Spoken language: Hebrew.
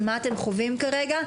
על מה אתם חווים כרגע,